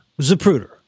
Zapruder